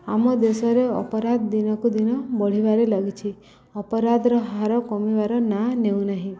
ଆମ ଦେଶରେ ଅପରାଧ ଦିନକୁ ଦିନ ବଢ଼ିବାରେ ଲାଗିଛି ଅପରାଧର ହାର କମିବାର ନାଁ ନେଉନାହିଁ